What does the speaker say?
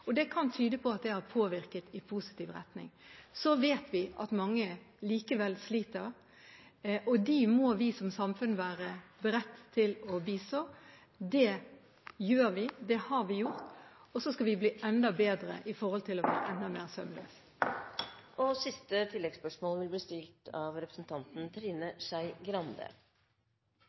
kan tyde på at det har påvirket i positiv retning. Vi vet at mange likevel sliter, og dem må vi som samfunn være beredt til å bistå. Det gjør vi, det har vi gjort, og så skal vi bli enda bedre for å få enda mer … Trine Skei Grande – til siste